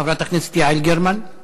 חברת הכנסת יעל גרמן.